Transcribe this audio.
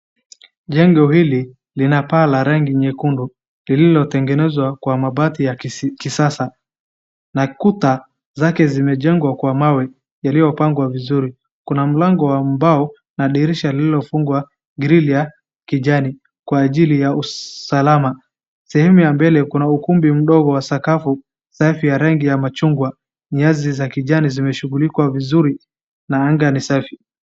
Jengo hili lina paa la rangi nyekundu lililotengenezwa kwa mabati ya kisasa, na kuta zake zimejengwa kwa mawe yaliyopangwa vizuri. Kuna mlango wa mbao na dirisha lililofungwa grili ya kijani kwa ajili ya usalama. Sehemu ya mbele kuna ukumbi mdogo wa sakafu safi ya rangi ya machungwa, nyasi za kijani zimeshughulikiwa vizuri na anga ni safi.